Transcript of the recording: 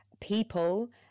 people